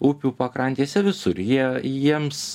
upių pakrantėse visur jie jiems